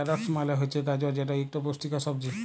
carrots মালে হছে গাজর যেট ইকট পুষ্টিকর সবজি